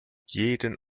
jeden